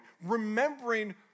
remembering